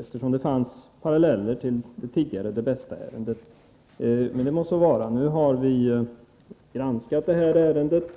eftersom det var en parallell till det tidigare Det Bästa-ärendet. Så skedde dock inte, men nu har vi granskat ärendet.